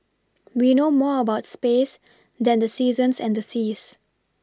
we know more about space than the seasons and the seas